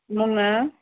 मुङ